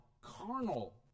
carnal